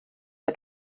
bei